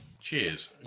Cheers